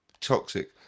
toxic